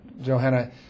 Johanna